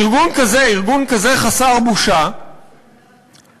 ארגון כזה חסר בושה מעז